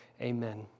Amen